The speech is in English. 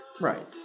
Right